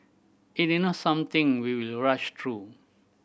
it is not something we will rush through